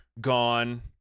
gone